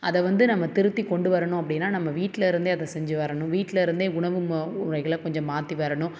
அதை வந்து நம்ம திருப்பி கொண்டு வரணும் அப்படின்னா நம்ம வீட்டில இருந்தே அதை செஞ்சு வரணும் வீட்டில இருந்தே உணமும் மோ உடைகளை கொஞ்சம் மாற்றி வரணும்